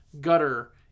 gutter